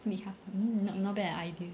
split half err not bad an idea